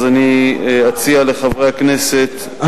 אני אציע לחברי הכנסת,